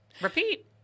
Repeat